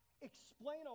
explain